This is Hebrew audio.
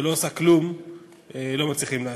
שלא עושה כלום לא מצליחים לאשר,